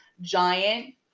giant